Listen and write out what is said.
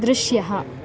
दृश्यः